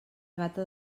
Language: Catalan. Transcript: gata